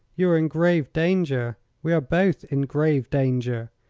you are in grave danger we are both in grave danger,